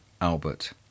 Albert